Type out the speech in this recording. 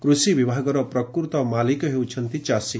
କୃଷି ବିଭାଗର ପ୍ରକୃତ ମାଲିକ ହେଉଛନ୍ତି ଚାଷୀ